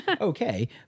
okay